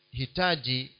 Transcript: hitaji